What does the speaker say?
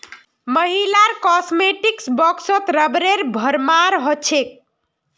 महिलार कॉस्मेटिक्स बॉक्सत रबरेर भरमार हो छेक